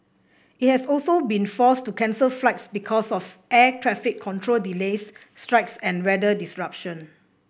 it has also been forced to cancel flights because of air traffic control delays strikes and weather disruption